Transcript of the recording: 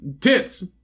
tits